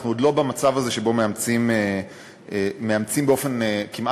אנחנו עוד לא במצב הזה שבו מאמצים באופן כמעט